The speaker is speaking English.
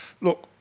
Look